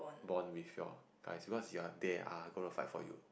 bond with your guys because you are they are going to fight for you